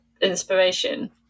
inspiration